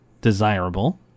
desirable